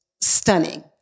stunning